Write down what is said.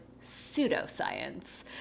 pseudoscience